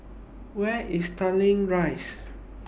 Where IS Tanglin Rise